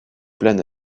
plein